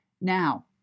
Now